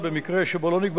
(ביטול קובלנה),